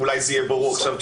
ואולי זה יהיה ברור עכשיו,